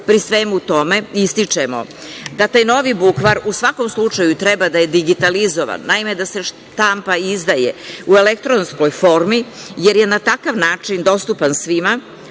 svemu tome ističemo da taj novi bukvar u svakom slučaju treba da je digitalizovan. Naime, da se štampa i izdaje u elektronskoj formi, jer je na takav način dostupan svima,